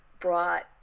brought